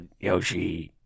Yoshi